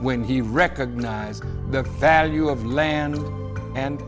when he recognized the value of land and